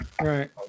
right